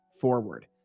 forward